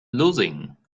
losing